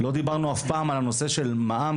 לא דיברנו אף פעם על הנושא של מע"מ,